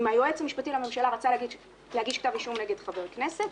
אם היועץ המשפטי לממשלה רצה להגיש כתב אישום נגד חבר הכנסת,